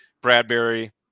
Bradbury